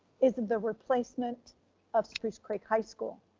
is the replacement of spruce creek high school.